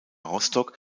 rostock